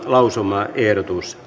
lausumaehdotuksen